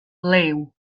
liw